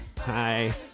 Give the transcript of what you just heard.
Hi